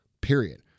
Period